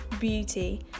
beauty